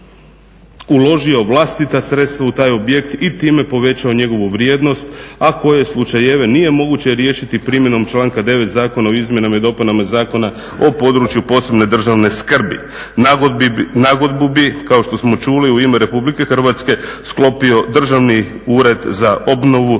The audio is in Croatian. uložio vlastita sredstva u taj objekt i time povećao njegovu vrijednost, a koje slučajeve nije moguće riješiti primjenom članka 9. Zakona o izmjenama i dopunama Zakona o području posebne državne skrbi. Nagodbu bi, kao što smo čuli, u ime RH sklopio Državni ured za obnovu